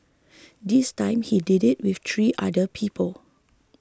this time he did it with three other people